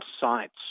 sites